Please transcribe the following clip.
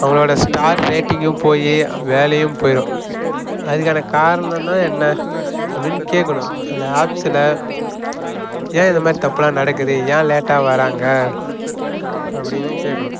அவங்களோட ஸ்டார் ரேட்டிங்கும் போய் வேலையும் போய்ரும் அதுக்கான காரணம் தான் என்ன அப்படின்னு கேட்கணும் அந்த ஆப்ஸில் ஏன் இதை மாதிரி தப்புலாம் நடக்குது ஏன் லேட்டாக வராங்க அப்படின்னு கேட்கணும்